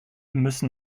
müssen